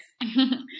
yes